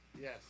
Yes